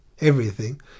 Everything